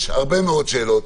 יש הרבה מאוד שאלות.